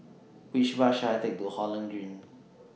Which Bus should I Take to Holland Green